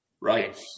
Right